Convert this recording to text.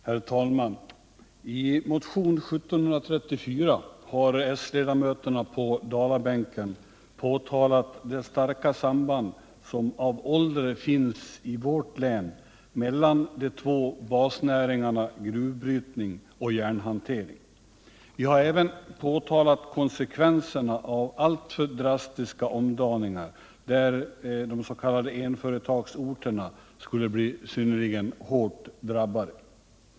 Herr talman! I motionen 1734 har s-ledamöterna på Dalabänken påtalat det starka samband som av ålder finns i vårt län mellan de två basnäringarna gruvbrytning och järnhantering. Vi har även påtalat konsekvenserna av alltför drastiska omdaningar, där s.k. enföretagsorter skulle bli synnerligen hårt drabbade.